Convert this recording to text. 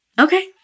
Okay